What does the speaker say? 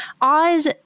Oz –